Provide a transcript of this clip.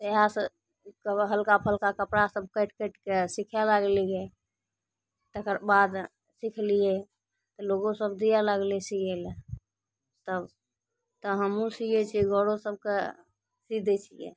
इएहे सभ हल्का फुल्का कपड़ा सभ काटि काटिके सिखय लागलियै तकर बाद सिखलियै तऽ लोगो सभ दिअ लागलय सियै लए तब तऽ हमहुँ सियै छियै घरो सभके सी दै छियै